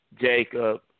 Jacob